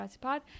pod